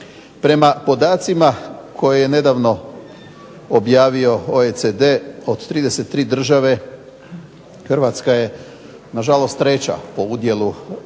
Prema podacima koje je nedavno objavio OECD od 33 države Hrvatska je nažalost treća po udjelu sive